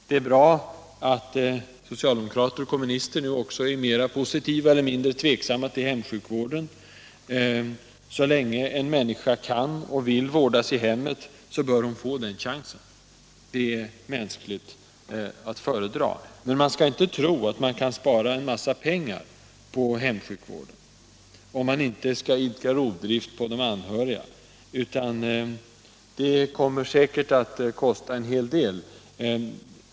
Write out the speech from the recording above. Det är bra att socialdemokrater och kommunister nu också är mindre tveksamma till hemsjukvården. Så länge en människa kan och vill vårdas i hemmet, bör hon få den chansen. Det är mänskligt och att föredra. Men man får inte tro att man kan spara en massa pengar genom hemsjukvården, om man inte skall idka rovdrift på de anhöriga. Det kommer säkert att kosta en hel del.